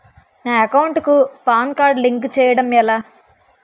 నా అకౌంట్ కు PAN card link చేయడం ఎలా?